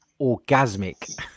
orgasmic